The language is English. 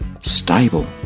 stable